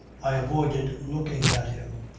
i avoided looking at him.